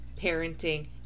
parenting